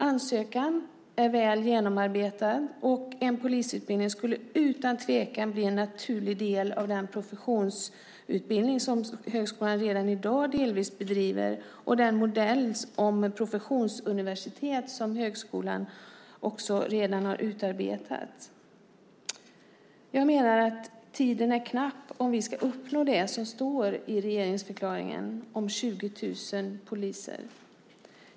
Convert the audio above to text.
Ansökan är väl genomarbetad, och polisutbildningen skulle självklart bli en naturlig del av den professionsutbildning som högskolan redan i dag delvis bedriver och i modellen om ett professionsuniversitet som högskolan redan har utarbetat. Jag menar att tiden är knapp om vi ska uppnå det som står i regeringsförklaringen om 20 000 poliser.